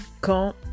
quand